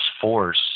force